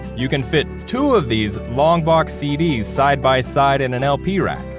you can fit two of these long box cds side by side in an lp rack.